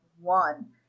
one